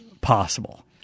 possible